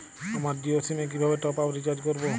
আমার জিও সিম এ কিভাবে টপ আপ রিচার্জ করবো?